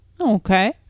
Okay